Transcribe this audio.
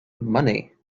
money